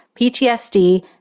PTSD